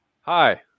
Hi